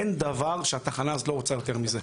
אין דבר שהתחנה הזו רוצה יותר מזה,